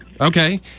Okay